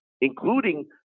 including